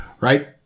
Right